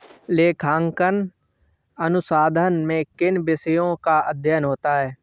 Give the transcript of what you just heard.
लेखांकन अनुसंधान में किन विषयों का अध्ययन होता है?